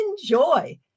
enjoy